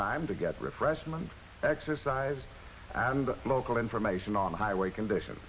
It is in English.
time to get refreshments exercise and local information on highway condition